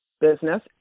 business